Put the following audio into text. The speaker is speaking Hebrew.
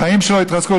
החיים שלו התרסקו.